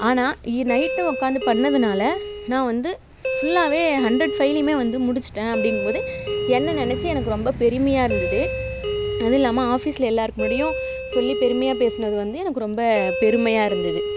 ஆனால் நைட் உக்கார்ந்து பண்ணதினால நான் வந்து ஃபுல்லாகவே ஹண்ட்ரட் ஃபைலையுமே முடிச்சுட்டேன் அப்படிங்கும்போது என்னை நெனைச்சு எனக்கு ரொம்ப பெருமையாக இருந்தது அதுல்லாமல் ஆஃபிஸில் எல்லோருக்கும் முன்னாடியும் சொல்லி பெருமையாக பேசினது வந்து எனக்கு ரொம்ப பெருமையாக இருந்தது